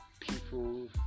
people